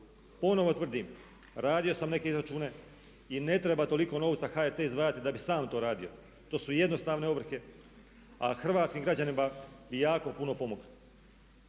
Ponovo tvrdim, radio sam neke izračune i ne treba toliko novca HRT izdvajati da bi sam to radio. To su jednostavno ovrhe, a hrvatskim građanima bi jako puno pomoglo.